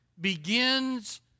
begins